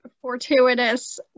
fortuitous